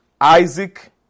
Isaac